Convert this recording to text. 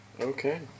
Okay